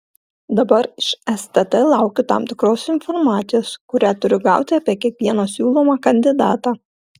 dabar iš stt laukiu tam tikros informacijos kurią turiu gauti apie kiekvieną siūlomą kandidatą